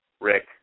Rick